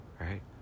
right